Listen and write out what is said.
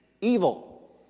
evil